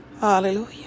Hallelujah